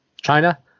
China